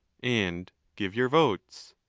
and give your votes.